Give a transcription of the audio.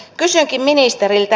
kysynkin ministeriltä